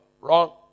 Wrong